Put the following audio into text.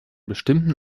bestimmten